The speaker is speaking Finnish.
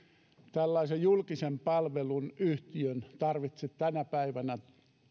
tällaisen julkisen palvelun yhtiön tarvitse tänä päivänä